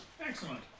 Excellent